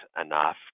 enough